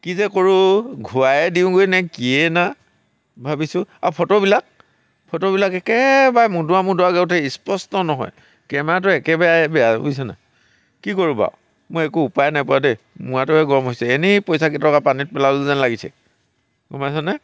কি যে কৰোঁ ঘূৰায়ে দিওঁগৈ নে কিয়ে নে ভাবিছোঁ আৰু ফটোবিলাক ফটোবিলাক একেবাৰে মদৰুৱা মদৰুৱাকৈ উঠে স্পষ্ট নহয় কেমেৰাটো একেবাৰে বেয়া বুইছনে কি কৰোঁ বাৰু মই একো উপায় নাই পোৱা দেই মূৰাটোৱে গৰম হৈছে এনেই পইচা কেইটকা পানীত পেলালোঁ যেন লাগিছে গম পাইছনে